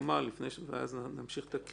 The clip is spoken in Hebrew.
לפני שנמשיך את הקריאה